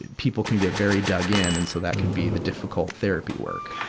people can get very dug in. and so that can be the difficult therapy work.